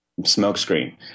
smokescreen